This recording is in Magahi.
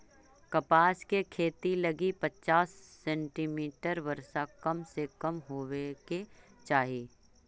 कपास के खेती लगी पचास सेंटीमीटर वर्षा कम से कम होवे के चाही